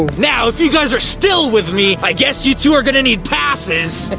now if you guys are still with me i guess you two are gonna need passes.